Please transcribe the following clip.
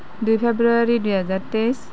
দুই ফেব্ৰুৱাৰী দুহেজাৰ তেইছ